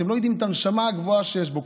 אתם לא יודעים את הנשמה הגבוהה שיש בו.